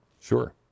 Sure